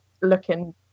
looking